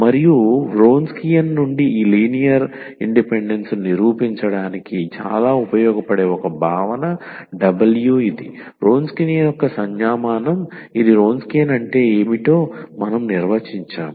మరియు వ్రోన్స్కియన్ నుండి ఈ లీనియర్ ఇండిపెండెన్స్ ను నిరూపించడానికి చాలా ఉపయోగపడే ఒక భావన W ఇది వ్రోన్స్కియన్ యొక్క సంజ్ఞామానం ఇది వ్రోన్స్కియన్ అంటే ఏమిటో మనం నిర్వచించాము